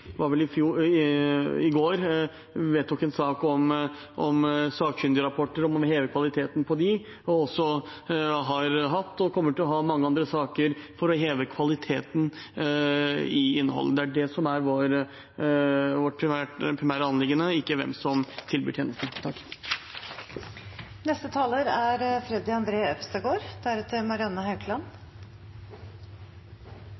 i går vedtok en sak om sakkyndigrapporter og om å heve kvaliteten på dem, og for at vi også har hatt, og kommer til å ha, mange andre saker for å heve kvaliteten i innholdet. Det er det som er vårt primære anliggende, ikke hvem som tilbyr